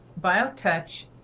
biotouch